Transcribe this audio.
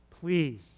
Please